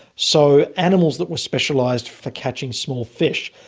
so animals that were specialised for catching small fish.